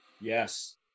yes